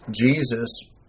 Jesus